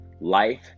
Life